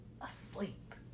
asleep